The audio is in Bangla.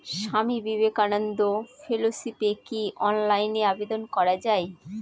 স্বামী বিবেকানন্দ ফেলোশিপে কি অনলাইনে আবেদন করা য়ায়?